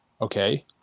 Okay